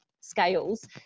scales